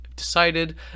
decided